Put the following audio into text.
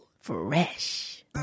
fresh